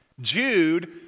Jude